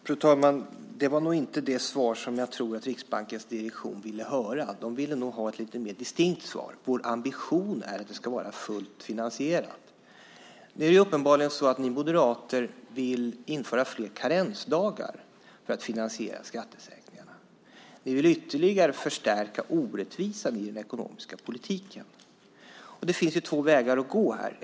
Fru talman! Det var nog inte det svar som jag tror att Riksbankens direktion ville höra. De ville nog ha ett lite mer distinkt svar än: Vår ambition är att det ska vara fullt finansierat. Det är uppenbarligen så att ni moderater vill införa fler karensdagar för att finansiera skattesänkningarna. Ni vill ytterligare förstärka orättvisan i den ekonomiska politiken. Det finns två vägar att gå här.